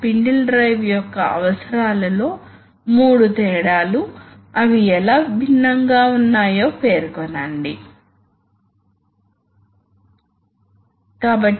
pneumatic control hydraulic control కంటే మరింత ప్రయోజనకరంగా ఉన్న అప్లికేషన్ పేరు చెప్పండి కాబట్టి లింక్ చేయడానికి అసెంబ్లీ అయిన ఒక అప్లికేషన్ చెప్పాము మీరు ఇతర వాటి గురించి ఆలోచించవచ్చు